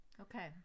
Okay